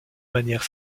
manière